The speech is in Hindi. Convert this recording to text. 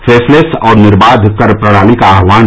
फेसलैस और निर्बाध कर प्रणाली का आह्वान